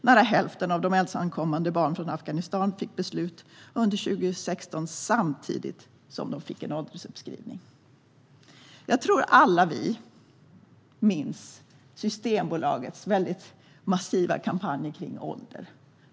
Nära hälften av de ensamkommande barn från Afghanistan som fick beslut under 2016 fick samtidigt en åldersuppskrivning. Jag tror att vi alla minns Systembolagets massiva kampanj om ålder.